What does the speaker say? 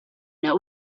know